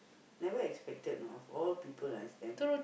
never expected know of all people is them